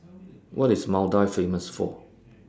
What IS Maldives Famous For